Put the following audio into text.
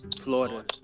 Florida